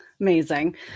Amazing